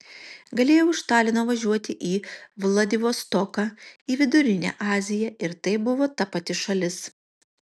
galėjau iš talino važiuoti į vladivostoką į vidurinę aziją ir tai buvo ta pati šalis